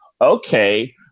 Okay